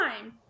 time